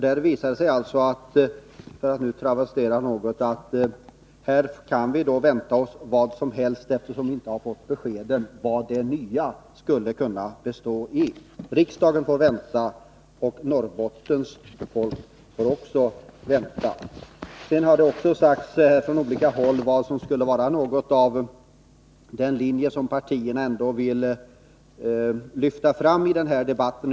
Det visade sig alltså — för att travestera något — att vi kan vänta oss vad som helst, eftersom vi inte har fått besked om vad det nya skulle kunna bestå i. Riksdagen får vänta, och Norrbottens folk får också vänta. Det har även från olika håll sagts något om vad som skulle vara den linje som partierna ändå vill lyfta fram i denna debatt.